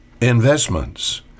investments